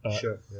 sure